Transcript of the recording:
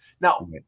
Now